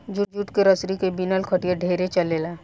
jute के रसरी के बिनल खटिया ढेरे चलेला